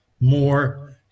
more